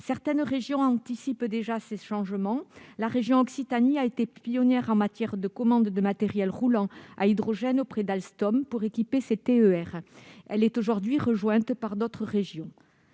Certaines régions anticipent déjà ces changements. La région Occitanie a ainsi été pionnière en matière de commandes de matériel roulant à hydrogène auprès d'Alstom pour équiper ses TER. Elle est aujourd'hui rejointe par d'autres régions.